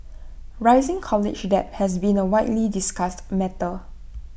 rising college debt has been A widely discussed matter